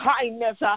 kindness